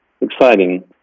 exciting